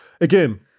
Again